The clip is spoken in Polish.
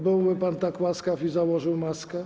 Byłby pan tak łaskaw i założył maskę?